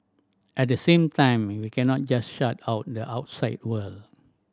at the same time we cannot just shut out the outside world